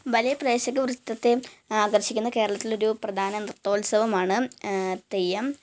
വലിയ പ്രേക്ഷകവൃത്തത്തെ ആകര്ഷിക്കുന്ന കേരളത്തിലെ ഒരു പ്രധാന നൃത്തോത്സവമാണ് തെയ്യം